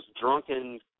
drunken